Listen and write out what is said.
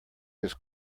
his